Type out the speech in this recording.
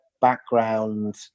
background